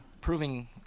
proving –